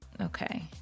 okay